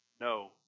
No